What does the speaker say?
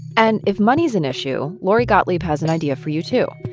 and if money is an issue, lori gottlieb has an idea for you, too.